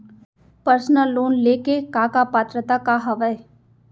Personal loan ले के का का पात्रता का हवय?